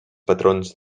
patrons